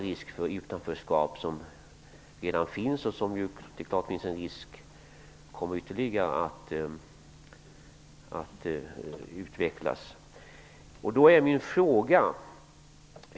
Risken för utanförskap finns ju redan och kan komma att ytterligare utvecklas.